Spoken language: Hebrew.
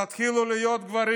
תתחילו להיות גברים.